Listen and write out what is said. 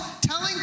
Telling